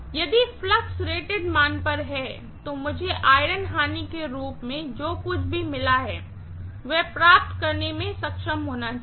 यदि flux rated मान पर है तो मुझे आयरन हानि के रूप में जो कुछ भी मिला है वह प्राप्त करने में सक्षम होना चाहिए